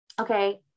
okay